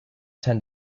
tend